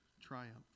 triumph